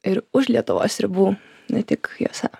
ir už lietuvos ribų ne tik jose